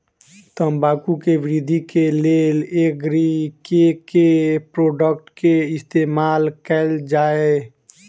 तम्बाकू केँ वृद्धि केँ लेल एग्री केँ के प्रोडक्ट केँ इस्तेमाल कैल जाय?